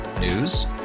News